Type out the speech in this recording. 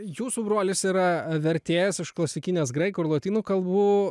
jūsų brolis yra vertėjas iš klasikinės graikų ir lotynų kalbų